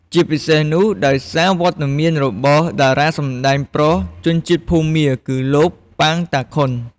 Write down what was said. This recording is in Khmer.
ជាពិសេសនោះដោយសារវត្តមានរបស់តារាសម្តែងប្រុសជនជាតិភូមា គឺលោក ប៉ាង តាខុន ។